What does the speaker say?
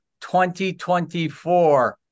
2024